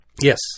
Yes